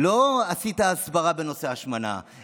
לא עשית הסברה בנושא השמנה.